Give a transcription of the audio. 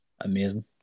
Amazing